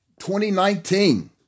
2019